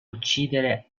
uccidere